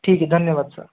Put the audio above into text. ठीक है धन्यवाद सर